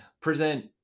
present